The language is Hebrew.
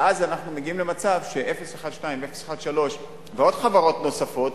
ואז אנחנו מגיעים למצב ש-012 ו-013 וחברות נוספות,